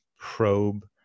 probe